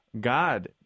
God